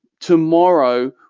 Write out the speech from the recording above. tomorrow